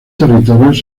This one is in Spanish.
territorios